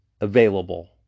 available